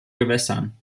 gewässern